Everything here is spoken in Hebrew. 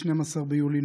12 ביולי,